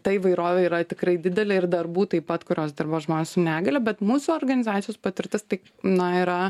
ta įvairovė yra tikrai didelė ir darbų taip pat kuriuos dirba žmonės su negalia bet mūsų organizacijos patirtis tai na yra